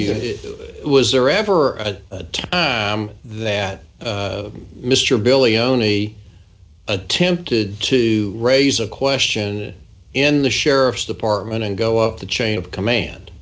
it was there ever a time that mr billy only attempted to raise a question in the sheriff's department and go up the chain of command